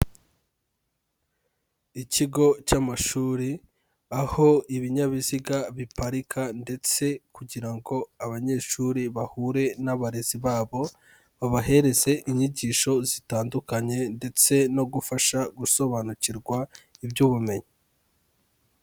Ikigo cy'amashuri aho ibinyabiziga biparika ndetse kugira ngo abanyeshuri bahure n'abarezi babo, babahereze inyigisho zitandukanye ndetse no gufasha gusobanukirwa iby'ubumenyi.